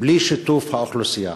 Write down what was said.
בלי שיתוף האוכלוסייה.